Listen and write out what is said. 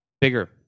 Bigger